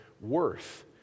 worth